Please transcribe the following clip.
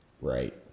Right